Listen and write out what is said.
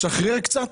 לשחרר קצת,